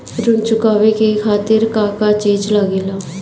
ऋण चुकावे के खातिर का का चिज लागेला?